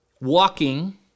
walking